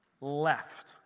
left